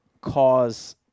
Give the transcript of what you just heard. cause